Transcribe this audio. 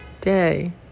day